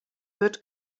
wird